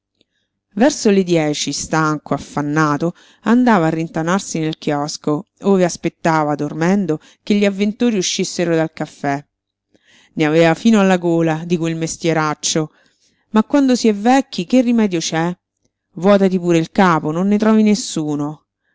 verso le dieci stanco affannato andava a rintanarsi nel chiosco ove aspettava dormendo che gli avventori uscissero dal caffè ne aveva fino alla gola di quel mestieraccio ma quando si è vecchi che rimedio c'è vuòtati pure il capo non ne trovi nessuno